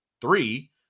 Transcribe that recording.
three